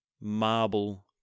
marble